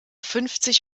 fünfzig